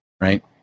right